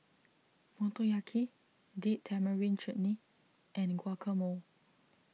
Motoyaki Date Tamarind Chutney and Guacamole